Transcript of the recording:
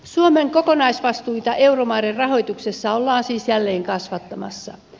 suomen kokonaisvastuita euromaiden rahoituksessa ollaan siis jälleen kasvattamassa